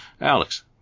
Alex